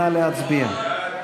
נא להצביע.